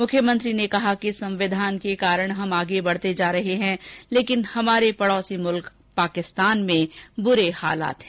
मुख्यमंत्री ने कहा कि संविधान के कारण हम आगे बढते जा रहे हैं लेकिन हमारे पड़ोसी मुल्क पाकिस्तान में बुरे हालात हैं